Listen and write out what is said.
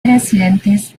presidentes